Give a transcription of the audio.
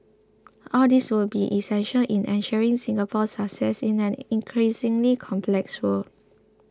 all these will be essential in ensuring Singapore's success in an increasingly complex world